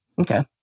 Okay